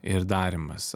ir darymas